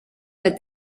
that